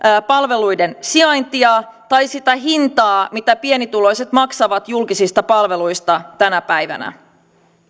palveluiden sijaintia tai sitä hintaa mitä pienituloiset maksavat julkisista palveluista tänä päivänä